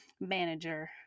manager